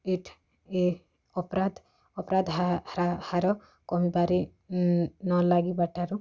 eighth ଏ ଅପରାଧ ଅପରାଧ ହା ହା ହାର କମିବାରେ ନ ଲାଗିବା ଠାରୁ